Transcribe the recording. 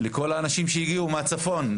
לכל האנשים שהגיעו מהצפון,